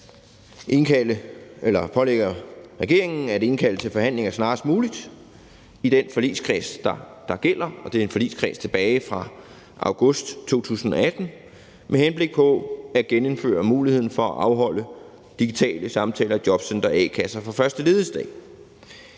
pålægger regeringen at indkalde til forhandlinger snarest muligt i den forligskreds, der gælder – og det er en forligskreds tilbage fra august 2018 – med henblik på at genindføre muligheden for at afholde digitale samtaler i jobcentre og a-kasser fra første ledighedsdag.